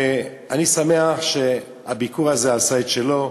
אני שמח שהביקור הזה עשה את שלו.